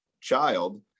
child